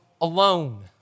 alone